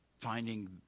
finding